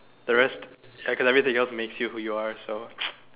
the rest like everything else makes you who you are so